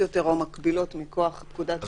יותר או מקבילות מכוח פקודת בריאות העם,